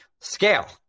scale